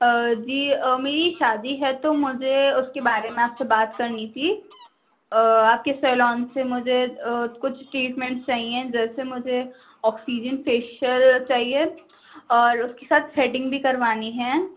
جی میری شادی ہے تو مجھے اس کے بارے میں آپ سے بات کرنی تھی آپ کے سیلون سے مجھے کچھ ٹریٹمینٹس چاہئیں جیسے مجھے آکسیجن فیشیل چاہیے اور اس کے ساتھ تھریڈنگ بھی کروانی ہے